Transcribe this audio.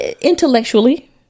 intellectually